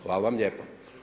Hvala vam lijepo.